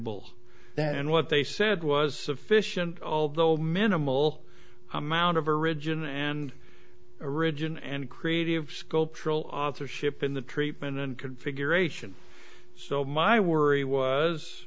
that and what they said was sufficient although minimal amount of original and original and creative sculptural authorship in the treatment and configuration so my worry was